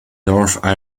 northern